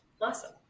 Awesome